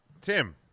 Tim